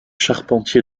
charpentier